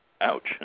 Ouch